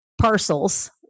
parcels